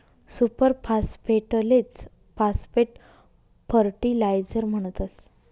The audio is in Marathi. सुपर फास्फेटलेच फास्फेट फर्टीलायझर म्हणतस